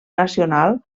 nacional